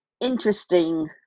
interesting